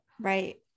Right